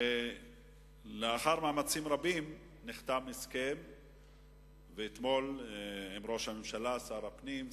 לאחר מאמצים רבים נחתם הסכם אתמול עם שר הפנים,